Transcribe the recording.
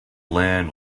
land